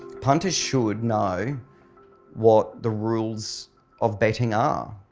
punters should know what the rules of betting are.